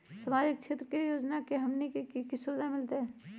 सामाजिक क्षेत्र के योजना से हमनी के की सुविधा मिलतै?